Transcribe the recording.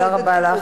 תודה רבה לך,